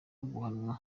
guhanwa